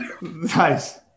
Nice